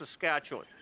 Saskatchewan